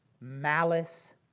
malice